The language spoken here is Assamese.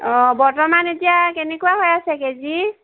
অঁ বৰ্তমান এতিয়া কেনেকুৱা হৈ আছে কেজি